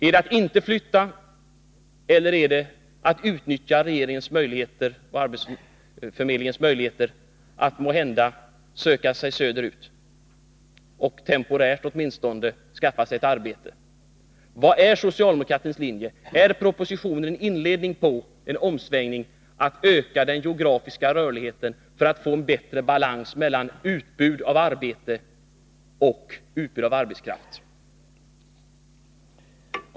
Är det att inte flytta eller är det måhända att söka sig söderut och, åtminstone temporärt, skaffa sig ett arbete genom att utnyttja de möjligheter som regeringen via arbetsförmedlingen erbjuder? Vilken är socialdemokratins linje? Är propositionen en inledning till en omsvängning mot att öka den geografiska rörligheten för att få en bättre balans mellan utbudet av arbete och tillgången på arbetskraft?